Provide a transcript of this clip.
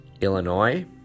Illinois